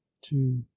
two